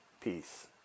Peace